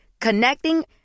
Connecting